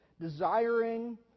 Desiring